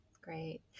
Great